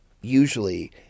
usually